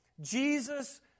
Jesus